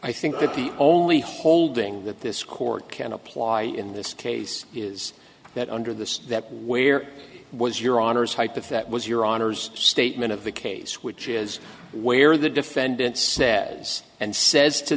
i think that the only holding that this court can apply in this case is that under this that where was your honour's type of that was your honour's statement of the case which is where the defendant says and says to